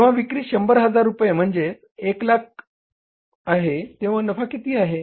जेव्हा विक्री शंभर हजार रुपये म्हणेजच 100000 आहे तेंव्हा नफा किती आहे